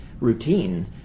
routine